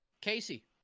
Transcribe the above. Casey